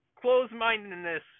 closed-mindedness